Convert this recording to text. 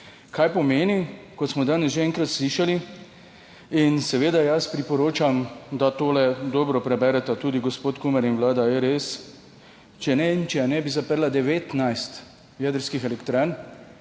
Kaj pomeni? Kot smo danes že enkrat slišali in seveda, jaz priporočam, da tole dobro prebereta tudi gospod Kumer in Vlada, je res. Če Nemčija ne bi zaprla 19 jedrskih elektrarn,